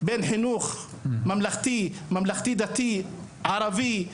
בין חינוך ממלכתי, ממלכתי-דתי, ערבי,